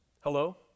Hello